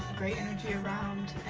great energy around